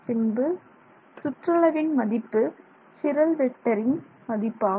பின்பு சுற்றளவின் மதிப்பு சிரல் வெக்டரின் மதிப்பாகும்